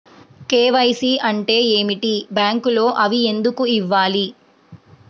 KYC అంటే ఏమిటి? బ్యాంకులో అవి ఎందుకు ఇవ్వాలి?